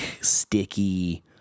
sticky